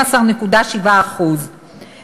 12.7%.